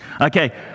Okay